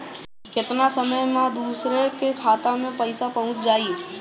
केतना समय मं दूसरे के खाता मे पईसा पहुंच जाई?